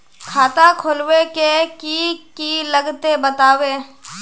खाता खोलवे के की की लगते बतावे?